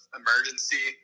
emergency